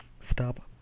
Stop